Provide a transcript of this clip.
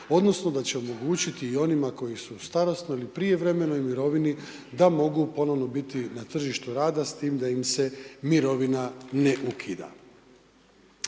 odnosno da će omogućiti i onima koji su u starosnoj ili prijevremenoj mirovini da mogu ponovno biti na tržištu rada s time da im se mirovina ne ukida.